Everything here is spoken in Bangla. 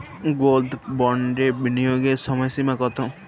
গোল্ড বন্ডে বিনিয়োগের সময়সীমা কতো?